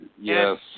Yes